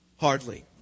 Hardly